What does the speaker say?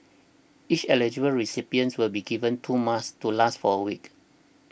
each eligible recipient will be given two masks to last for a week